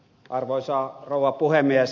arvoisa rouva puhemies